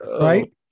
right